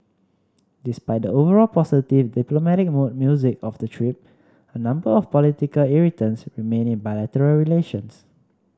despite the overall positive diplomatic mood music of the trip a number of political irritants remain in bilateral relations